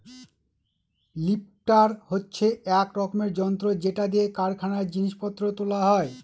lifter হচ্ছে এক রকমের যন্ত্র যেটা দিয়ে কারখানায় জিনিস পত্র তোলা হয়